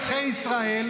זה לא ראשון לציון.